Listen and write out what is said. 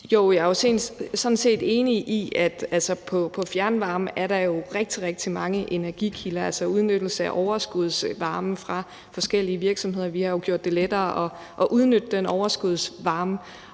jeg er sådan set enig i, at i forbindelse med fjernvarme er der jo rigtig mange energikilder, altså udnyttelse af overskudsvarme fra forskellige virksomheder. Vi har jo gjort det lettere at udnytte den overskudsvarme.